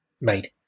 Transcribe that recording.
made